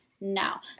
now